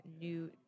new